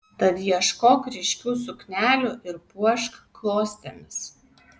tad ieškok ryškių suknelių ir puošk klostėmis